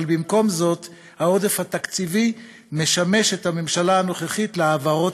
אבל במקום זאת העודף התקציבי משמש את הממשלה הנוכחית להעברות